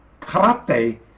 karate